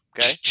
okay